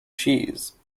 cheese